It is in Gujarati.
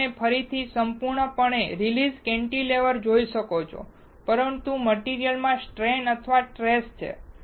અહીં તમે ફરીથી સંપૂર્ણપણે રિલીઝ કેન્ટિલેવર જોઈ શકો છો પરંતુ મટીરીઅલમાં સ્ટ્રેન અથવા સ્ટ્રેસ છે